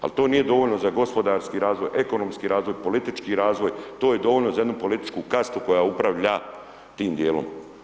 Ali to nije dovoljno za gospodarski razvoj, ekonomski razvoj, politički razvoj, to je dovoljno za jednu političku kastu koja upravlja tim dijelom.